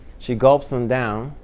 she gulps them down.